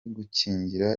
gukingira